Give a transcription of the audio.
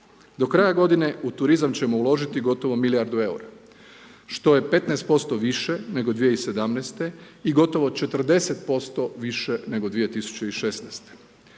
Do kraja godine u turizam ćemo uložiti gotovo milijardu eura što je 15% više nego 2017. i gotovo 40% više nego 2016.